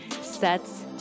sets